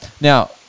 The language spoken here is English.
Now